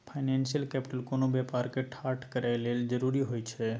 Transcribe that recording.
financial capital कोनो व्यापार के ठाढ़ करए लेल जरूरी होइ छइ